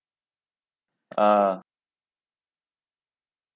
ah